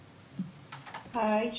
בבקשה.